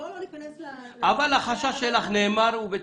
אבל החשש שלך נאמר.